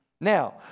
Now